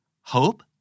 Hope